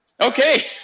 Okay